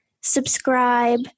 subscribe